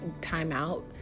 timeout